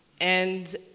and